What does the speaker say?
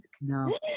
No